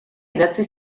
idatzi